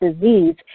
disease